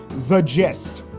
the gist,